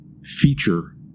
feature